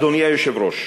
אדוני היושב-ראש,